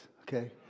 okay